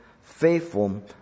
faithful